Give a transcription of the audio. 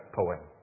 poem